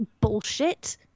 bullshit